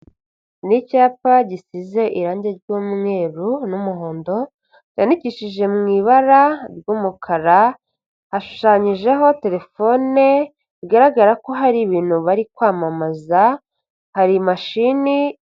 Ni icyapa gisize irangi ry'umweru n'umuhondo, cyandikishije mu ibara ry'umukara, hashushanyijeho telefone bigaragara ko hari ibintu bari kwamamaza, hari mashini.